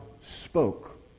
spoke